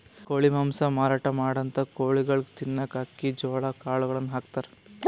ಕೋಳಿ ಮಾಂಸ ಮಾರಾಟ್ ಮಾಡಂಥ ಕೋಳಿಗೊಳಿಗ್ ತಿನ್ನಕ್ಕ್ ಅಕ್ಕಿ ಜೋಳಾ ಕಾಳುಗಳನ್ನ ಹಾಕ್ತಾರ್